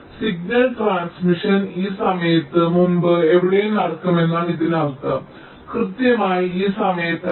signal transmission ഈ സമയത്തിന് മുമ്പ് എവിടെയും നടക്കുമെന്നാണ് ഇതിനർത്ഥം കൃത്യമായി ഈ സമയത്ത് അല്ല